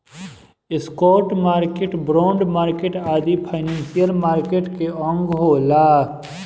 stock market, bond market आदि financial market के अंग होला